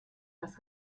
das